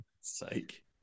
sake